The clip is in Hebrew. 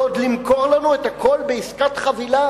ועוד למכור לנו את הכול בעסקת חבילה